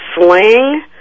sling